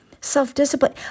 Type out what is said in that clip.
self-discipline